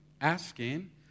asking